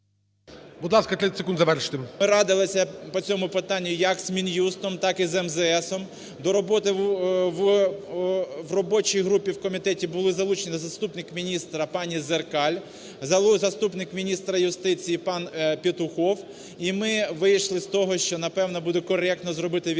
Ми радилися по цьому питанню як з Мін'юстом, так і МЗС. До роботи в робочій групі в комітеті були залучені заступник міністра пані Зеркаль, заступник міністра юстиції пан Петухов. І ми вийшли з того, що, напевно, буде коректно зробити відсилочну